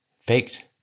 Faked